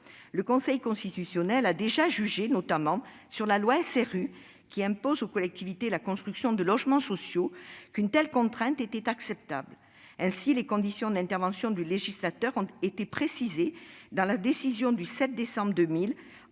le Conseil constitutionnel a déjà jugé, notamment pour ce qui concerne la loi SRU, qui impose aux collectivités la construction de logements sociaux, qu'une telle contrainte était acceptable. Ainsi, les conditions d'intervention du législateur ont été précisées dans la décision du 7 décembre 2000.